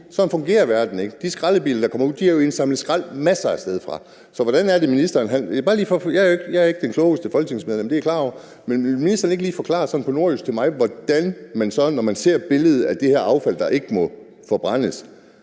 fungerer verden ikke. For de skraldebiler, der kommer ud, har jo indsamlet skrald masser af steder fra. Så hvordan er det, ministeren mener det her? Ja, det er bare lige for at høre det. Jeg er jo ikke det klogeste folketingsmedlem, det er jeg klar over, men vil ministeren ikke lige sådan på nordjysk forklare til mig, hvordan man så, når man ser billedet af det her affald, der ikke må forbrændes,